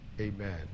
Amen